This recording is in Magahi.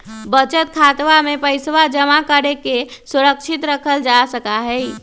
बचत खातवा में पैसवा जमा करके सुरक्षित रखल जा सका हई